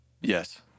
Yes